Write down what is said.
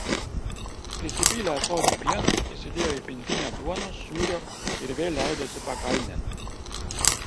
prisipylė ąsotį pieno įsidėjo į pintinę duonos sūrio ir vėl leidosi pakalnėn